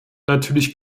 natürlich